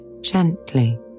gently